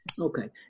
Okay